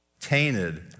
tainted